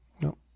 No